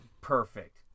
Perfect